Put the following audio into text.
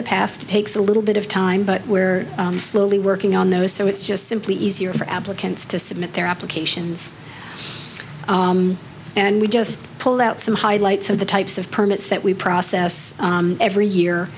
the past it takes a little bit of time but where slowly working on those so it's just simply easier for applicants to submit their applications and we just pulled out some highlights of the types of permits that we process every year